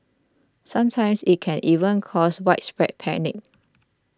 sometimes it can even cause widespread panic